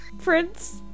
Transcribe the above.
Prince